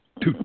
two